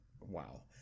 wow